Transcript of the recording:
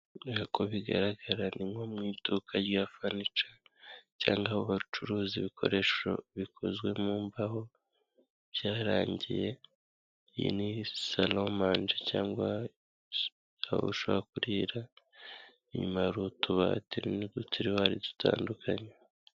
Nk'uko bigaragara ni nko mu iduka rya fanica cyangwa aho bacuruza ibikoresho bikozwe mu mbaho byarangiye iyi ni salomange cyangwa aho ushobora kurira inyuma hari utubate n'udukotwari dutandukanye.